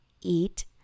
eat